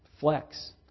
flex